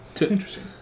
Interesting